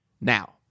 Now